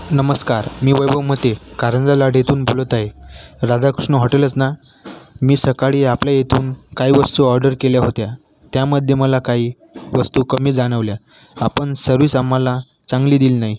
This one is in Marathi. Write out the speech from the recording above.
नमस्कार मी वैभव मते कारंजा लाड येथून बोलत आहे राधाकृष्ण हॉटेलच ना मी सकाळी आपल्या येथून काही वस्तू ऑर्डर केल्या होत्या त्यामध्ये मला काही वस्तू कमी जाणवल्या आपण सर्व्हिस आम्हाला चांगली दिली नाही